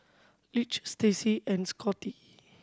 Lige Stacey and Scotty